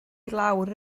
lawr